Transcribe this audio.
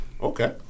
okay